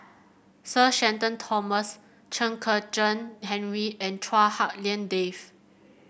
Sir Shenton Thomas Chen Kezhan Henri and Chua Hak Lien Dave